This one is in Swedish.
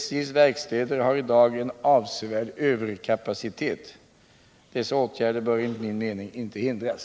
SJ:s verkstäder har i dag en avsevärd överkapacitet. Dessa åtgärder bör enligt min mening inte hindras.